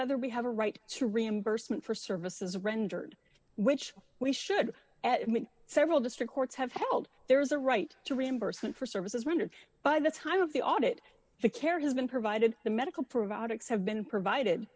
whether we have a right to reimbursement for services rendered which we should at several district courts have held there is a right to reimbursement for services rendered by the time of the audit the care has been provided the medical providers have been provided